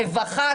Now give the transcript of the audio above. רווחה,